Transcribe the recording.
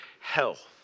health